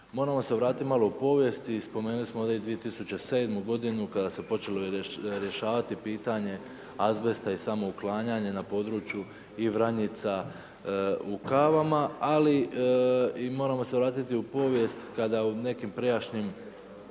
Moramo se vratiti malo u povijest, spomenuli smo ovdje 2007. godinu kada se počelo rješavati pitanje azbesta i samo uklanjanje na području i Vranjica u Kavama, ali i moramo se vratiti u povijest kada u nekim prijašnjim